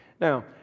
Now